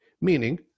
meaning